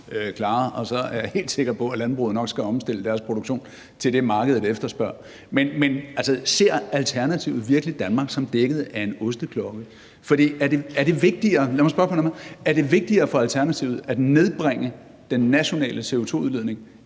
og så er jeg helt sikker på, at landbruget nok skal omstille deres produktion til det, markedet efterspørger. Men altså, ser Alternativet virkelig Danmark som dækket af en osteklokke? Eller lad mig spørge på en anden måde: Er det vigtigere for Alternativet at nedbringe den nationale CO2-udledning